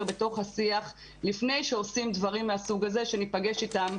בתוך השיח לפני שעושים דברים מהסוג הזה שניפגש איתם.